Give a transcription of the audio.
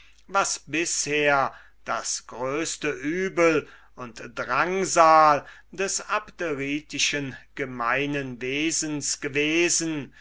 was bisher das größte übel und drangsal des abderitischen gemeinen wesens gewesen